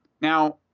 Now